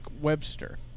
Webster